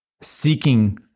seeking